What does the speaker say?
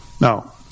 Now